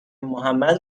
محمد